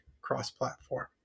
cross-platform